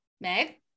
meg